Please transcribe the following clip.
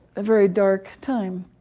a very dark time.